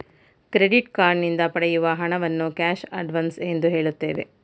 credit card ನಿಂದ ಪಡೆಯುವ ಹಣವನ್ನು ಕ್ಯಾಶ್ ಅಡ್ವನ್ಸ್ ಎಂದು ಹೇಳುತ್ತೇವೆ